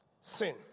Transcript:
Sin